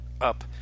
up